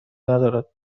ندارد